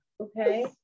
Okay